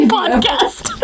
podcast